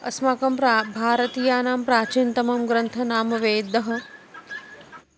अस्माकं प्रा भारतीयानां प्राचीनतमः ग्रन्थः नाम वेदः